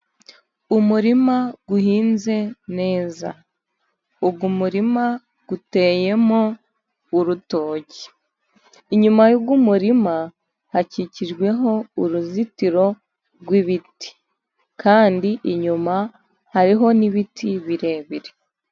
Umurima uhinze neza. uyu umurima uteyemo urutoki. inyuma yuyumurima hakikijweho uruzitiro rwibiti kandi inyuma hariho n'ibiti birebire.